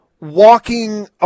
walking